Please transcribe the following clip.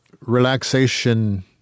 relaxation